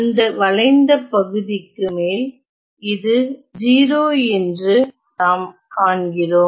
அந்த வளைந்த பகுதிக்கு மேல் இது 0 என்று நாம் காண்கிறோம்